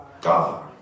God